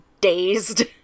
dazed